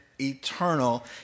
eternal